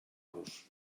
los